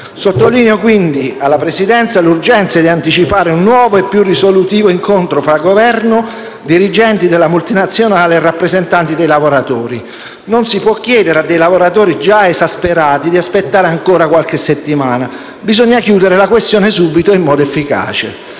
sottolineo alla Presidenza l'urgenza di anticipare un nuovo e più risolutivo incontro fra Governo, dirigenti della multinazionale e rappresentanti dei lavoratori. Non si può chiedere a lavoratori già esasperati di aspettare ancora qualche settimana. Bisogna chiudere la questione subito e in modo efficace.